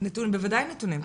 בוודאי נתונים.